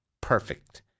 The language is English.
Perfect